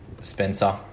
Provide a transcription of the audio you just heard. Spencer